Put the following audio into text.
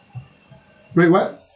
wait what